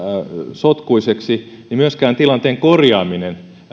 sotkuiseksi myöskään tilanteen korjaaminen